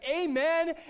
amen